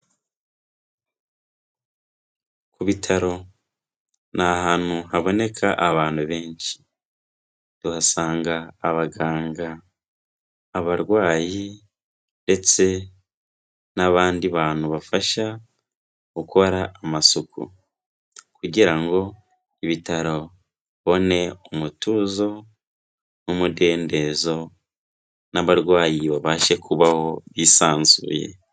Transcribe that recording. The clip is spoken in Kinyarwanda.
Ku bitaro ni ahantu haboneka abantu benshi, tuhasanga abaganga, abarwayi ndetse n'abandi bantu bafasha gukora amasuku kugira ngo ibitaro bibone umutuzo n'umudendezo n'abarwayi babashe kubaho bisanzuye.